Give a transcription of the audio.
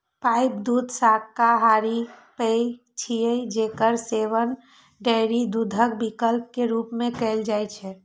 pipe दूध शाकाहारी पेय छियै, जेकर सेवन डेयरी दूधक विकल्प के रूप मे कैल जाइ छै